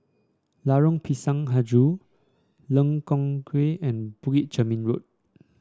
Lorong Pisang hijau Lengkong Tujuh and Bukit Chermin Road